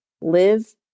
live